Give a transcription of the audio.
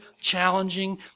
challenging